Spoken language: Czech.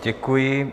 Děkuji.